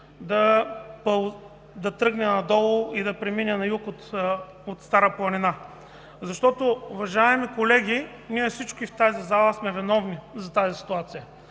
да тръгне надолу и да премине на юг от Стара планина? Уважаеми колеги, ние всички в залата сме виновни за тази ситуация